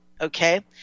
okay